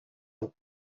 ans